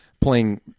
playing